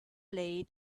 blade